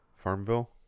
farmville